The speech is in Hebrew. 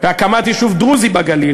הקמת יישוב דרוזי בגליל,